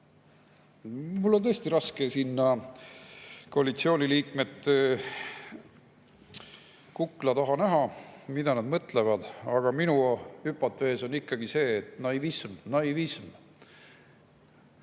Mul on tõesti raske sinna koalitsiooniliikmete kukla taha näha, et mida nad mõtlevad, aga minu hüpotees on ikkagi see, et naivism. Tõeline